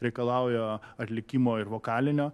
reikalauja atlikimo ir vokalinio